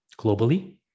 globally